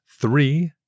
three